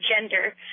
gender